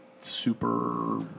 super